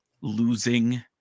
losing